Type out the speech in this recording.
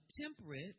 temperate